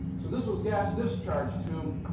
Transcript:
so this was gas discharge tube,